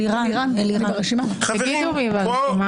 --- חברים,